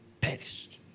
perished